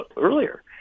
earlier